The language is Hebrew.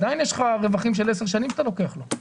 עדיין יש לך רווחים של עשר שנים שאתה לוקח לו.